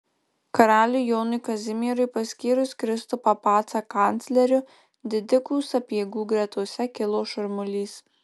karaliui jonui kazimierui paskyrus kristupą pacą kancleriu didikų sapiegų gretose kilo šurmulys